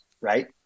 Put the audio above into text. right